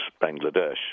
Bangladesh